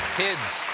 kids,